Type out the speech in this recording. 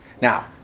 Now